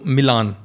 Milan